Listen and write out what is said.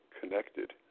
connected